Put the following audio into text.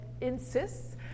insists